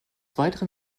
weiteren